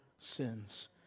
sins